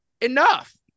enough